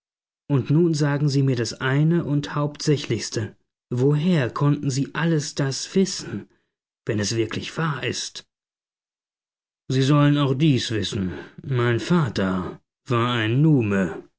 und nun sagen sie mir das eine und hauptsächlichste woher konnten sie alles das wissen wenn es wirklich wahr ist sie sollen auch dies wissen mein vater war ein